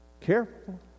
Careful